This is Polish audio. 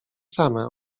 same